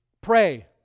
pray